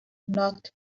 knocked